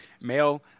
Male